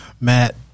Matt